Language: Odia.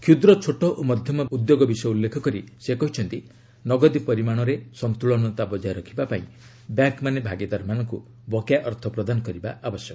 କ୍ଷୁଦ୍ର ଛୋଟ ଓ ମଧ୍ୟମ ଉଦ୍ୟୋଗ ବିଷୟ ଉଲ୍ଲେଖ କରି ସେ କହିଛନ୍ତି ନଗଦୀ ପରିମାଣରେ ସନ୍ତୁଳନତା ବଜାୟ ରଖିବା ପାଇଁ ବ୍ୟାଙ୍କ୍ମାନେ ଭାଗିଦାରମାନଙ୍କୁ ବକେୟା ଅର୍ଥ ପ୍ରଦାନ କରିବା ଉଚିତ୍